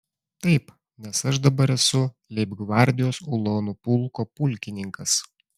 taip nes aš dabar esu leibgvardijos ulonų pulko pulkininkas